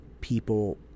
people